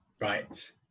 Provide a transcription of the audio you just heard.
Right